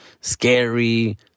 Scary